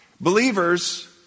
Believers